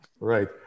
Right